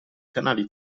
canali